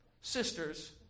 sisters